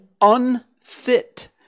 unfit